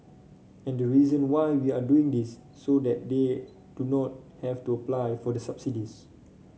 and the reason why we are doing this is so that they do not have to apply for the subsidies